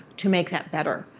to make that better.